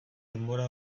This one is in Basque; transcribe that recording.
denbora